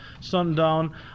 sundown